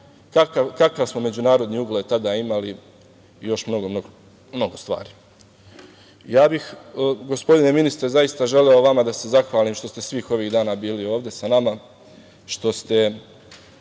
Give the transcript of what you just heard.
kakav smo međunarodni ugled tada imali i još mnogo, mnogo stvari. Gospodine ministre, zaista želeo vama da se zahvalim što ste svih ovih dana bili ovde sa nama, što ste